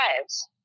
lives